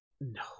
No